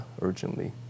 urgently